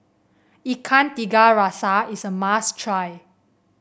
Ikan Tiga Rasa is a must try